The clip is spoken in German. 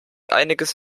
einiges